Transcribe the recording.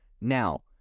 Now